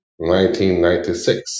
1996